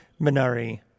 Minari